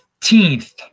15th